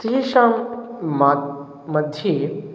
तेषां मा मध्ये